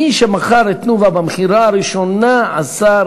מי שמכר את "תנובה" במכירה הראשונה עשה,